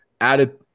added